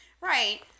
Right